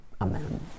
Amen